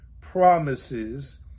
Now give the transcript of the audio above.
promises